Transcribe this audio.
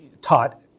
taught